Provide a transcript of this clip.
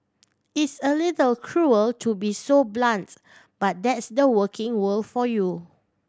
it's a little cruel to be so blunts but that's the working world for you